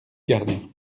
gardien